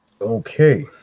okay